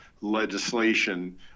legislation